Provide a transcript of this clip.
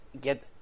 get